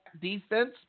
defense